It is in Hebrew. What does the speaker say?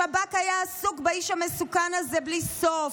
השב"כ היה עסוק באיש המסוכן הזה בלי סוף.